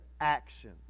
action